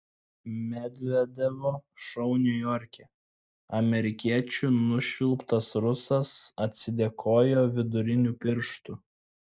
medvedevo šou niujorke amerikiečių nušvilptas rusas atsidėkojo viduriniu pirštu